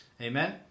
Amen